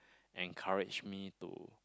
encourage me to